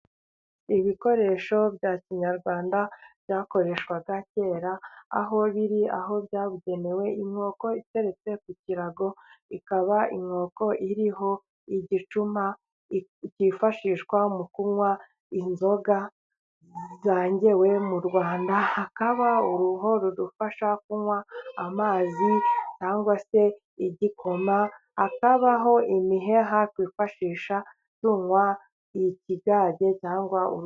Ibikoresho bya kinyarwanda byakoreshwaga kera ,aho biri aho byabugenewe, inkoko iteretse ku kirago ,ikaba inkoko iriho igicuma cyifashishwa mu kunywa inzoga zengewe mu Rwanda ,hakaba uruho rudufasha kunywa amazi cyangwa se igikoma, hakabaho imiheha kwifashisha tunywa ikigage cyangwa ..